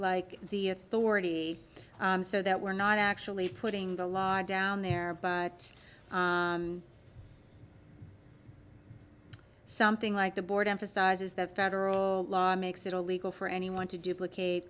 like the authority so that we're not actually putting the law down there but something like the board emphasizes that federal law makes it illegal for anyone to duplicate